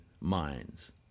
minds